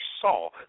saw